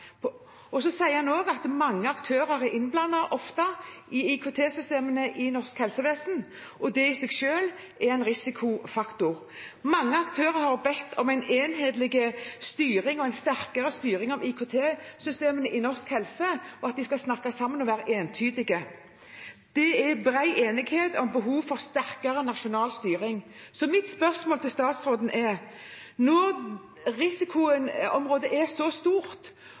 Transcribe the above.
sier også at ofte er mange aktører innblandet i IKT-systemene i norsk helsevesen, og det i seg selv er en risikofaktor. Mange aktører har bedt om en enhetlig og sterkere styring av IKT-systemene i norsk helsevesen, og at de skal snakke sammen og være entydige. Det er bred enighet om behovet for sterkere nasjonal styring. Så mitt spørsmål til statsråden er: Når risikoområdet er så stort,